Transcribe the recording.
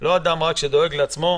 לכל דמוקרטיה,